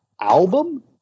album